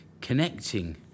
connecting